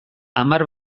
hamar